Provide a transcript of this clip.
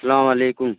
السلام علیکم